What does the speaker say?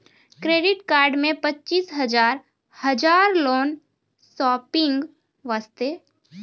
Credit card मे पचीस हजार हजार लोन शॉपिंग वस्ते?